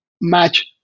match